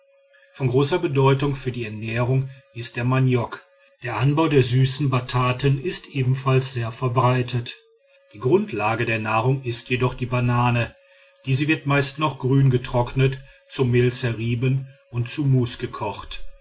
von großer bedeutung für die ernährung ist der maniok der anbau der süßen bataten ist ebenfalls sehr verbreitet die grundlage der nahrung ist jedoch die banane diese wird meist noch grün getrocknet zu mehl zerrieben und zu mus gekocht